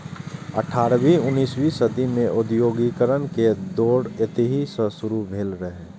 अठारहवीं उन्नसवीं सदी मे औद्योगिकीकरण के दौर एतहि सं शुरू भेल रहै